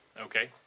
Okay